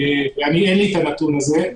אין לי הנתון של זה.